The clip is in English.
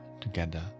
together